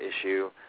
issue